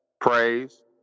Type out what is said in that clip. Praise